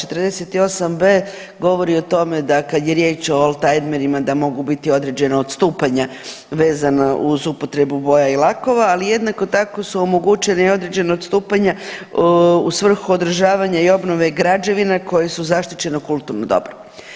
48b govori o tome da kad je riječ o oldtimerima da mogu biti određena odstupanja vezana uz upotreba boja i lakova, ali jednako tako su omogućena i određena odstupanja u svrhu održavanja i obnove građevina koje su zaštićeno kulturno dobro.